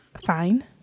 Fine